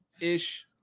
ish